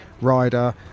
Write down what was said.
rider